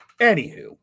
anywho